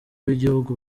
w’igihugu